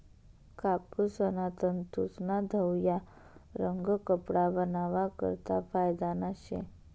कापूसना तंतूस्ना धवया रंग कपडा बनावा करता फायदाना शे